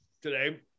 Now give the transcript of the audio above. today